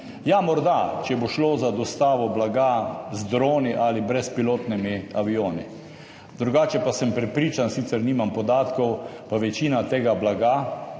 Ja, morda, če bo šlo za dostavo blaga z droni ali brezpilotnimi avioni, drugače pa sem prepričan, sicer nimam podatkov, da gre večina tega blaga